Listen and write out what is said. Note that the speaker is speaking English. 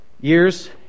Years